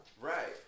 Right